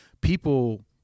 people